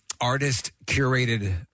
artist-curated